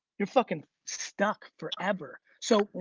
you're fucking stuck forever. so,